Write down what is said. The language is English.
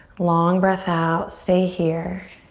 long breath out, stay here.